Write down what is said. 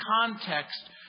context